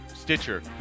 Stitcher